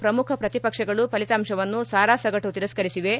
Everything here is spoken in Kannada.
ಪ್ರಮುಖ ಪ್ರತಿಪಕ್ಷಗಳು ಫಲಿತಾಂಶವನ್ನು ಸಾರಾಸಗಟು ತಿರಸ್ತರಿಸಿವೆ